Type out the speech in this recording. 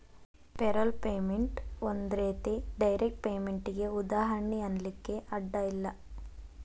payroll payment ಒಂದ್ ರೇತಿ direct ಪೇಮೆನ್ಟಿಗೆ ಉದಾಹರ್ಣಿ ಅನ್ಲಿಕ್ಕೆ ಅಡ್ಡ ಇಲ್ಲ